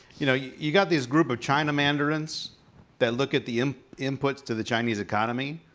you know, you got these group of china mandarins that look at the um inputs to the chinese economy,